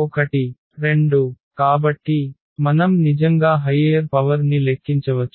4 1 2 కాబట్టి మనం నిజంగా హైయ్యర్ పవర్ ని లెక్కించవచ్చు